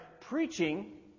preaching